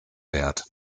wert